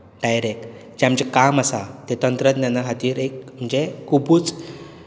direct जें आमचें काम आसा तें तंत्रज्ञाना खातीर एक म्हणजे खुबूच